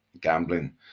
gambling